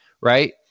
right